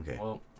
Okay